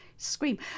scream